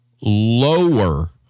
lower